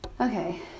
Okay